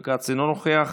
אינו נוכח,